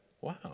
wow